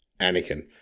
Anakin